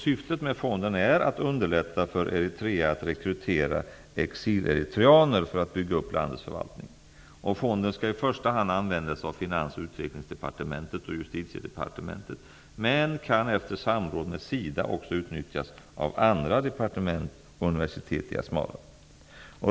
Syftet med fonden är att underlätta för Eritrea att rekrytera exileritreaner för att bygga upp landets förvaltning. Fonden skall i första hand användas av Justitiedepartementet, men kan också efter samråd med SIDA utnyttjas av andra departement och universitetet i Asmara.